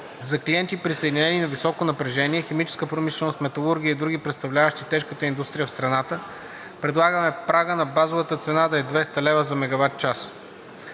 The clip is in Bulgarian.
За клиенти, присъединени на високо напрежение – химическа промишленост, металургия и други, представляващи тежката индустрия в страната, предлагаме прагът на базовата цена да е 200 лв. за мегаватчас.